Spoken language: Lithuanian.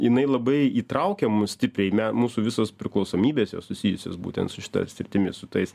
jinai labai įtraukia mus stipriai mūsų visos priklausomybės jos susijusios būtent su šita sritimi su tais